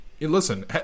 listen